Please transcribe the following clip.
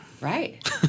Right